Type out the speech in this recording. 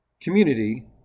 Community